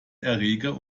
erreger